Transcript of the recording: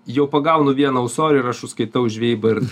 jau pagaunu vieną ūsorių ir aš užskaitau žvejybą ir